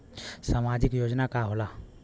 सामाजिक योजना का होला?